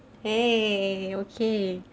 !hey! okay